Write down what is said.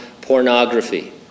Pornography